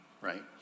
right